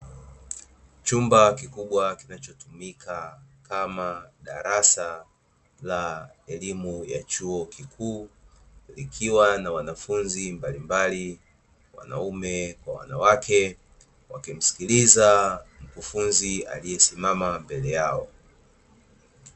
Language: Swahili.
Chumba kikubwa kinachotumika kama darasa la elimu ya chuo kikuu, likiwa na wanafunzi mbalimbali wanaume kwa wanawake, wakimsikiliza mkufunzi aliyesimama mbele yao.